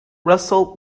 russell